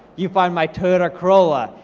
you find my toyota corolla,